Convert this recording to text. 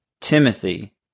Timothy